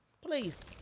Please